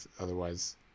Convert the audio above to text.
Otherwise